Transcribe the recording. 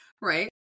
Right